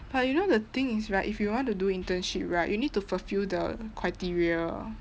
but you know the thing is right if you want to do internship right you need to fulfil the criteria